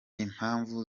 impamvu